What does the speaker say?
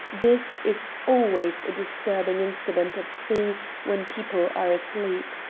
this is always a disturbing incident at sea when people are asleep.